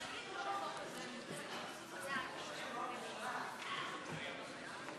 הצעת חוק אי-נקיטת הליכים לפני מועדי ישראל (תיקוני חקיקה),